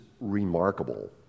remarkable